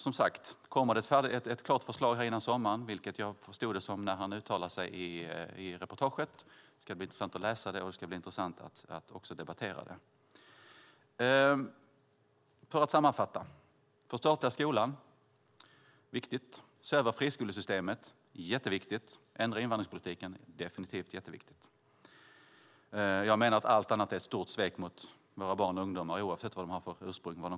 Om det kommer ett klart förslag, vilket jag förstod det som när Björklund uttalade sig i reportaget, ska det bli intressant att läsa det och debattera det. Låt mig sammanfatta. Förstatliga skolan - viktigt. Se över friskolesystemet - jätteviktigt. Ändra invandringspolitiken - definitivt jätteviktigt. Jag menar att allt annat är ett stort svek mot våra barn och ungdomar oavsett ursprung.